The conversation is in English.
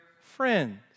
friends